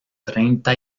treinta